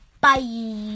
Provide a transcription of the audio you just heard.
Bye